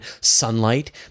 sunlight